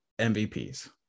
MVPs